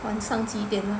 晚上几点呢